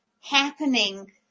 happening